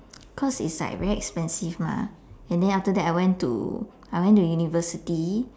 cause is like very expensive lah and then after that I went to I went to university